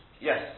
Yes